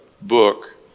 book